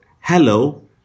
hello